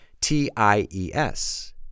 T-I-E-S